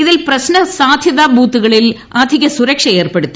ഇതിൽ പ്രശ്നസാധ്യതാ ബൂത്തുകളിൽ അധികസുരക്ഷ ഏർപ്പെടുത്തി